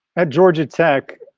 at georgia tech,